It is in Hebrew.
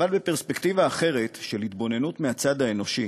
אבל בפרספקטיבה אחרת, של התבוננות מהצד האנושי,